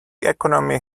economy